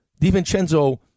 DiVincenzo